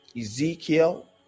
Ezekiel